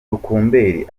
rukumberi